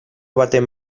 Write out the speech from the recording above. baten